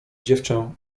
dziewczę